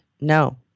No